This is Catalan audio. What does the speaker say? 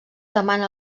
demana